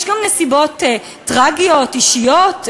יש גם נסיבות טרגיות, אישיות.